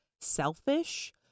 selfish